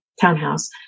townhouse